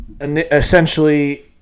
essentially